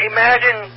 Imagine